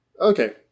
Okay